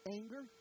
anger